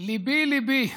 ליבי ליבי.